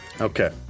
Okay